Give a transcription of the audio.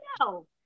no